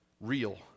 real